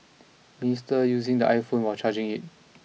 minister using the iPhone while charging it